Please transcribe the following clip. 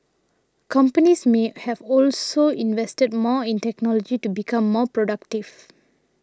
companies may have also invested more in technology to become more productive